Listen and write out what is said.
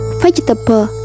vegetable